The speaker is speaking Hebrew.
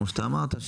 כמו שאתה אמרת,